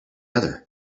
other